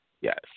Yes